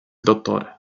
dott